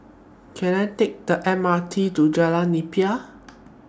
Can I Take The M R T to Jalan Nipah